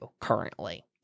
currently